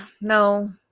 no